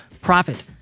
Profit